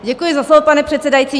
Děkuji za slovo, pane předsedající.